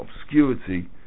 obscurity